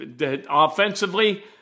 offensively